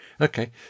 Okay